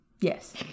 Yes